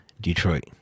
Detroit